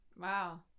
Wow